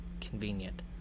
convenient